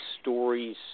stories